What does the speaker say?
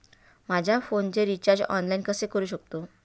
माझ्या फोनचे recharge online कसे करू शकतो?